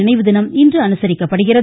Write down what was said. நினைவுதினம் இன்று அனுசரிக்கப்படுகிறது